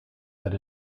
that